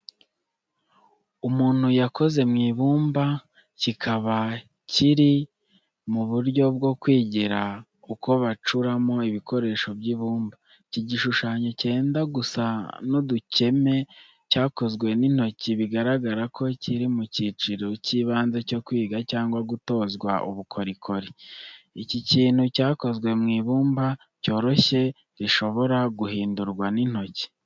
Umuntu yakoze mu ibumba kikaba kiri mu buryo bwo kwigira uko bacuramo ibikoresho by’ibumba. Iki gishushanyo cyenda gusa n’uducyeme cyakozwe n’intoki bigaragara ko kiri mu cyiciro cy’ibanze cyo kwiga cyangwa gutozwa ubukorikori. Iki kintu cyakozwe mu ibumba ryoroshye rishobora guhindurwa n’intoki.